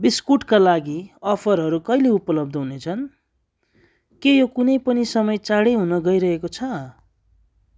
बिस्कुटका लागि अफरहरू कहिले उपलब्ध हुनेछन् के यो कुनै पनि समय चाँडै हुन गइरहेको छ